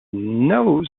nose